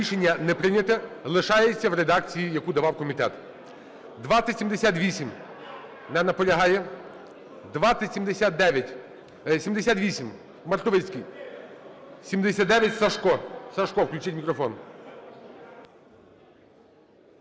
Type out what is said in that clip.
Рішення не прийнято. Лишається в редакції, яку давав комітет.